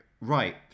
right